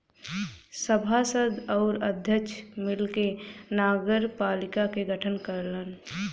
सभासद आउर अध्यक्ष मिलके नगरपालिका क गठन करलन